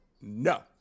no